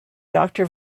doctor